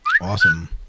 Awesome